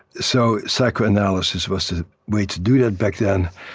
so psychoanalysis was the way to do that back then.